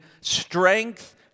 strength